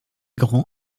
grand